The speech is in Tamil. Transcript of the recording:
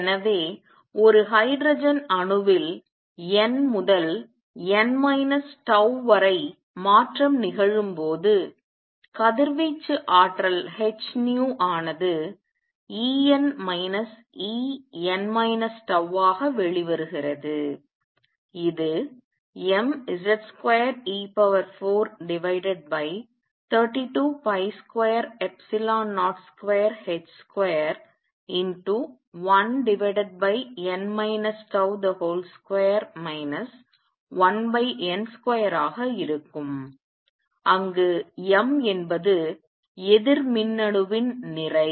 எனவே ஒரு ஹைட்ரஜன் அணுவில் n முதல் n τ வரை மாற்றம் நிகழும்போது கதிர்வீச்சு ஆற்றல் h ஆனது En En τ ஆக வெளிவருகிறது இது mZ2e432202h21n τ2 1n2 ஆக இருக்கும் அங்கு m என்பது எதிர் மின்னணுவின் நிறை